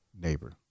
neighbor